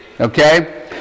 Okay